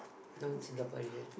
non Singaporean